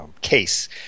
case